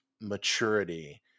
maturity